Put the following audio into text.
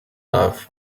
love